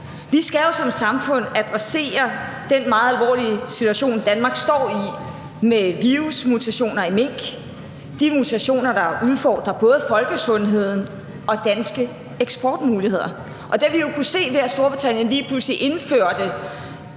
Vi skal jo som samfund adressere den meget alvorlige situation, Danmark står i, med virusmutationer i mink – mutationer, der udfordrer både folkesundheden og danske eksportmuligheder. Og det har vi jo kunnet se, ved at Storbritannien lige pludselig indførte